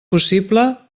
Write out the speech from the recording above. possible